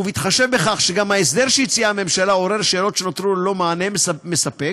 ובהתחשב בכך שגם ההסדר שהציעה הממשלה עורר שאלות שנותרו ללא מענה מספק